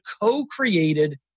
co-created